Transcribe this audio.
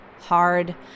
hard